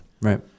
Right